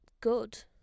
good